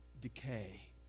decay